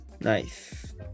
Nice